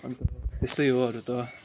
अन्त त्यस्तै हो अरू त